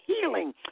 healing